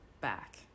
back